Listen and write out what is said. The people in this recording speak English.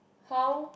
how